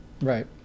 Right